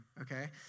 okay